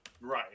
Right